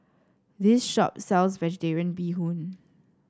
this shop sells vegetarian Bee Hoon